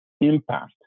impact